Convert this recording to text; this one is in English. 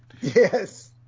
Yes